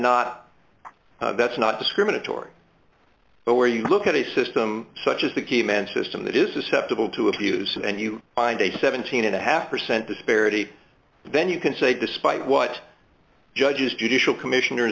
not that's not discriminatory but where you look at a system such as the key man system that is susceptible to abuse and you find a seventeen and a half percent disparity then you can say despite what judges judicial commissioner